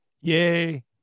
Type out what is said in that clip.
Yay